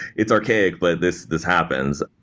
it's archaic, but this this happens.